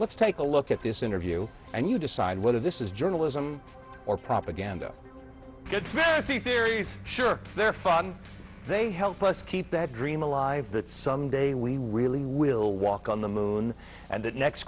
let's take a look at this interview and you decide whether this is journalism or propaganda sure they're fun they help us keep that dream alive that someday we really will walk on the moon and that next